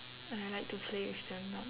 and I like to play with them not